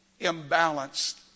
imbalanced